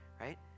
right